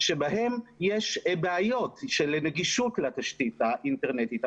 שבהם יש בעיות של נגישות לתשתית האינטרנטית,